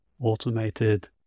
automated